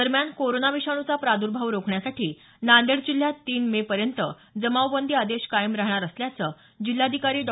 दरम्यान कोरोना विषाणूंचा प्रादर्भाव रोखण्यासाठी नांदेड जिल्ह्यात तीन मे पर्यंत जमावबंदी आदेश कायम राहणार असल्याचं जिल्हाधिकारी जिल्हाधिकारी डॉ